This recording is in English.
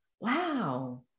wow